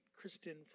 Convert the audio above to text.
Kristen